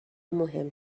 مهم